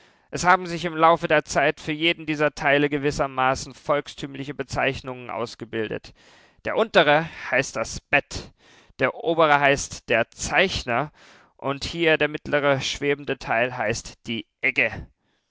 es haben sich im laufe der zeit für jeden dieser teile gewissermaßen volkstümliche bezeichnungen ausgebildet der untere heißt das bett der obere heißt der zeichner und hier der mittlere schwebende teil heißt die egge